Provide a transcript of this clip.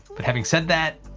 but having said that,